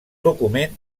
document